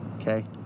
Okay